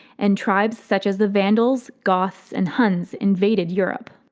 and tribes such as the vandals, goths, and huns invaded europe.